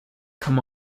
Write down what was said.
come